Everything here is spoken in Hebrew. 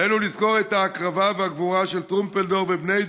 עלינו לזכור את ההקרבה והגבורה של טרומפלדור ובני דורו,